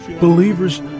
Believers